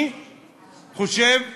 אני חושב שלא.